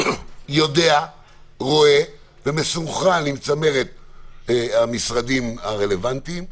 רואה ומסונכרן עם צמרת המשרדים הרלוונטיים,